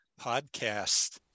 podcast